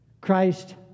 Christ